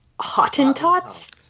Hottentots